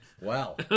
Wow